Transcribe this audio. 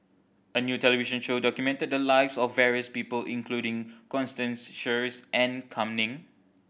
a new television show documented the lives of various people including Constance Sheares and Kam Ning